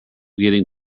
getting